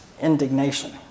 indignation